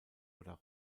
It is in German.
oder